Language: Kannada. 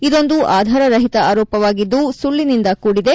ಇದೊಂದು ಆಧಾರ ರಹಿತ ಆರೋಪವಾಗಿದ್ದು ಸುಳ್ಳನಿಂದ ಕೂಡಿದೆ